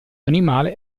animale